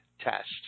test